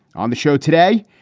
on the show today,